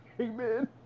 Amen